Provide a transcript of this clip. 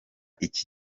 iki